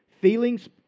Feelings